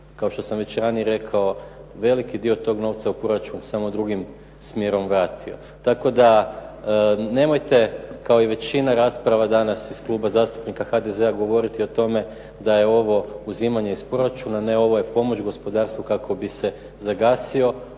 kao što sam već ranije rekao, veliki dio tog novca u proračun samo drugim smjerom vratio. Tako da nemojte kao i većina rasprava danas iz Kluba zastupnika HDZ-a, govoriti o tome da je ovo uzimanje iz proračuna. Ne, ovo je pomoć gospodarstvu kako bi se zagasio